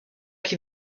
qui